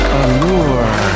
allure